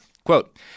Quote